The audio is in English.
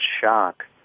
shock